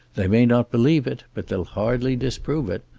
they may not believe it, but they'll hardly disprove it.